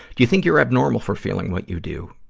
do you think you're abnormal for feeling what you do?